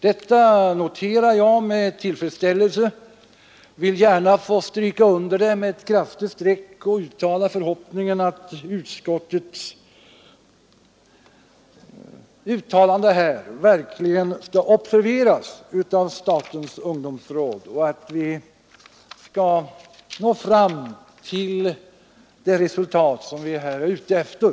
Detta noterar jag med tillfredsställelse och vill gärna få stryka under det med ett kraftigt streck och framföra förhoppningen att utskottets uttalande här verkligen skall observeras av statens ungdomsråd och att vi därigenom skall nå fram till de resultat som vi här är ute efter.